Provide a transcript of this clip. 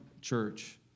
church